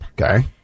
Okay